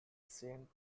saint